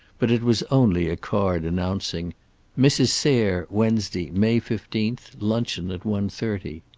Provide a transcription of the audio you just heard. but it was only a card announcing mrs. sayre, wednesday, may fifteenth, luncheon at one-thirty.